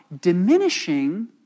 diminishing